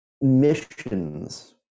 missions